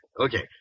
Okay